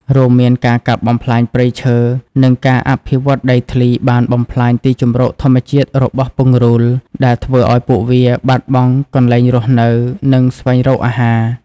រួមមានការកាប់បំផ្លាញព្រៃឈើ និងការអភិវឌ្ឍន៍ដីធ្លីបានបំផ្លាញទីជម្រកធម្មជាតិរបស់ពង្រូល ដែលធ្វើឲ្យពួកវាបាត់បង់កន្លែងរស់នៅ និងស្វែងរកអាហារ។